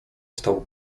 stał